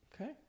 Okay